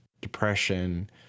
depression